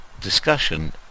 discussion